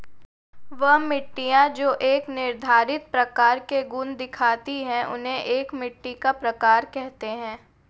वह मिट्टियाँ जो एक निर्धारित प्रकार के गुण दिखाती है उन्हें एक मिट्टी का प्रकार कहते हैं